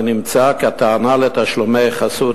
ונמצא כי הטענה על תשלומי חסות,